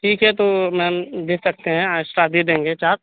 ٹھیک ہے تو میم دے سکتے ہیں ایکسٹرا دے دیں گے چارج